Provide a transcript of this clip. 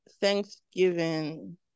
Thanksgiving